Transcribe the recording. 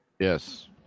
Yes